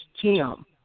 Tim